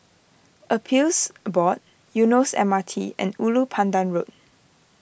Appeals Board Eunos M R T and Ulu Pandan Road